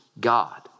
God